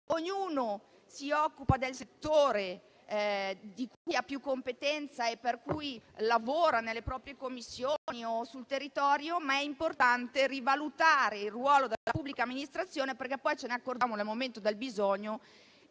ognuno si occupa del settore di cui ha più competenza e lavora nelle proprie Commissioni o sul territorio. È importante rivalutare il ruolo della pubblica amministrazione, perché nel momento del bisogno